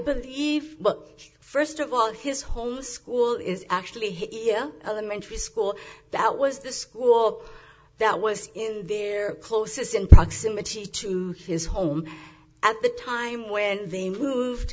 believe well first of all his home school is actually his elementary school that was the school that was in there closest in proximity to his home at the time when they moved